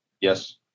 Yes